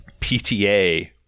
PTA